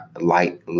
Light